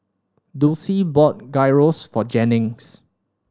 Dulcie bought Gyros for Jennings